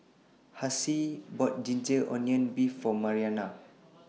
Hassie bought Ginger Onions Beef For Mariana